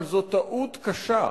אבל זאת טעות קשה,